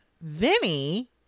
Vinny